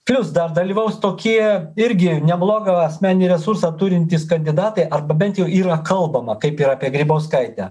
plius dar dalyvaus tokie irgi neblogą asmeninį resursą turintys kandidatai arba bent jau yra kalbama kaip ir apie grybauskaitę